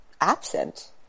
absent